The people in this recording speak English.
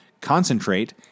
concentrate